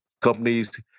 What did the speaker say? companies